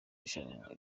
rushanwa